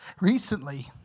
recently